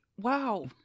wow